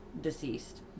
deceased